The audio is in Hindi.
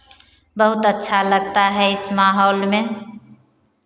बहुत अच्छा लगता है इस माहौल में